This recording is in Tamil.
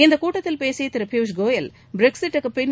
இந்தக் கூட்டத்தில் பேசிய திரு பியூஷ் கோயல் பிரக்ஸிட்டுக்குப் பின்